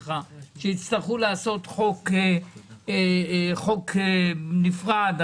זה אירוע נקודתי שאנחנו פחות יודעים לאבחן אותו.